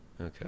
Okay